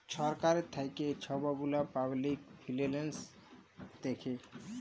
ছরকার থ্যাইকে ছব গুলা পাবলিক ফিল্যাল্স দ্যাখে